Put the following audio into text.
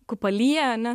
kupalyja ane